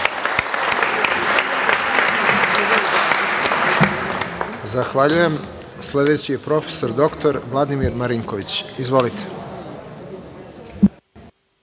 Zahvaljujem. Sledeći je prof. dr Vladimir Marinković. Izvolite.